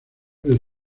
del